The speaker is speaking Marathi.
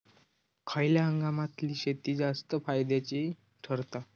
खयल्या हंगामातली शेती जास्त फायद्याची ठरता?